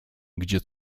gdzie